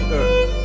earth